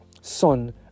Son